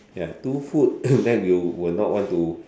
ya two food that you will not want to